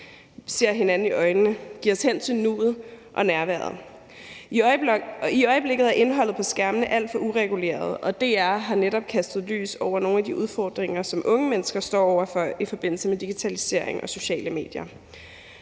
ser hinanden i øjnene, giver os hen til nuet og nærværet. I øjeblikket er indholdet på skærmene alt for ureguleret, og DR har netop kastet lys over nogle af de udfordringer, som unge mennesker står over for, i forbindelse med digitalisering og sociale medier.